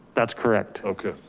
that's correct. okay.